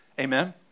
amen